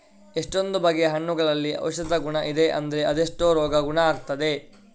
ಎಷ್ಟೊಂದು ಬಗೆಯ ಹಣ್ಣುಗಳಲ್ಲಿ ಔಷಧದ ಗುಣ ಇದೆ ಅಂದ್ರೆ ಅದೆಷ್ಟೋ ರೋಗ ಗುಣ ಆಗ್ತದೆ